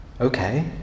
Okay